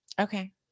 Okay